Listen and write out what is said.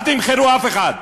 אל תמכרו אף אחד.